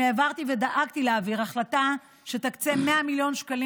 אני העברתי ודאגתי להעביר החלטה שתקצה 100 מיליון שקלים